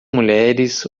mulheres